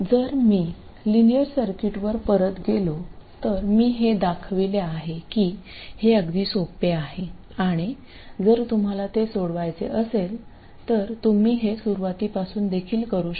जर मी लिनियर सर्किटवर परत गेलो तर मी हे दाखवले आहे की हे अगदी सोपे आहे आणि जर तुम्हाला ते सोडवायचे असेल तर तुम्ही हे सुरवातीपासून देखील करू शकता